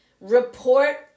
report